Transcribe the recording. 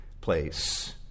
place